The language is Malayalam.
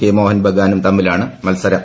കെ മോഹൻ ബഗാനും തമ്മിലാണ് മത്സരം